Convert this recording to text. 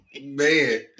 Man